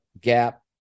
gap